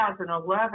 2011